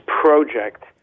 project